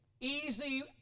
easy